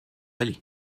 allez